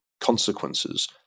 consequences